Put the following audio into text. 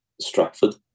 Stratford